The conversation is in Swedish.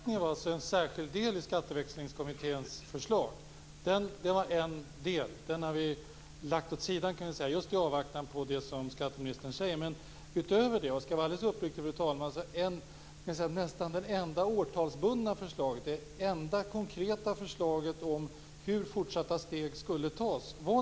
Fru talman! Energibeskattningen var en särskild del i Skatteväxlingskommitténs förslag, som vi nu lagt åt sidan just i avvaktan på det som skatteministern talar om. Men om jag skall vara alldeles uppriktig, fru talman, så fanns det nästan bara ett enda förslag som var årtalsbundet och konkret om hur fortsatta steg skulle tas.